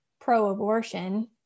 pro-abortion